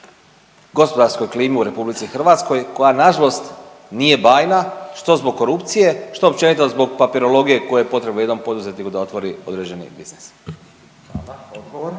gospodarskoj klimi u RH koja nažalost nije bajna što zbog korupcije što općenito zbog papirologije koja je potrebno jednom poduzetniku da otvori određeni biznis. **Radin,